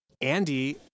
Andy